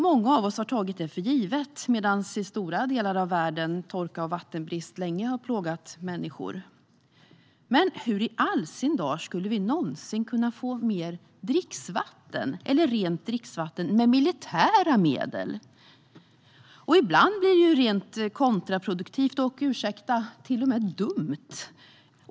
Många av oss har tagit det för givet medan torka och vattenbrist länge har plågat människor i stora delar av världen. Men hur i all sin dar skulle vi någonsin kunna få mer dricksvatten med militära medel? Ibland blir det rent kontraproduktivt och, ursäkta, till och med dumt.